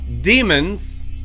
demons